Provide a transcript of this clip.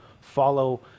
follow